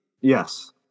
Yes